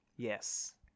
Yes